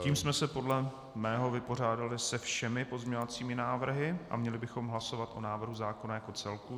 Tím jsme se podle mého vypořádali se všemi pozměňovacími návrhy a měli bychom hlasovat o návrhu zákona jako celku.